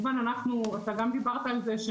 אתה גם דיברת על זה,